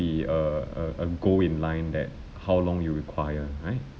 be a a a goal in line that how long you require right